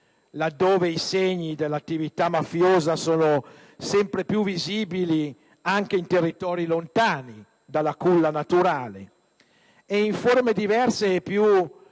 laddove i segni dell'attività mafiosa sono sempre più visibili, anche in territori lontani dalla culla naturale, e in forme diverse e più